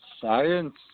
Science